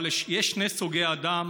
אבל יש שני סוגי בני אדם